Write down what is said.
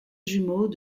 jumeau